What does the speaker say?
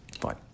Fine